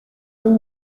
two